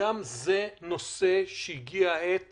גם זה נושא שהגיעה העת